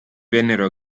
vennero